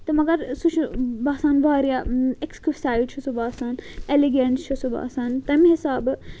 تہٕ مَگر سُہ چھُ باسان واریاہ ایٚکٕیوسایِڈ چھُ سُہ باسان ایٚلِگینٹ چھُ سُہ باسان تَمہِ حِسابہٕ